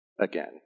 again